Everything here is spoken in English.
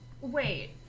Wait